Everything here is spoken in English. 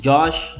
Josh